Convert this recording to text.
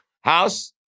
House